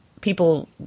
people